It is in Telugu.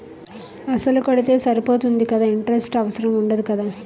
అసలు కడితే సరిపోతుంది కదా ఇంటరెస్ట్ అవసరం ఉండదు కదా?